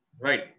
Right